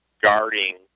guarding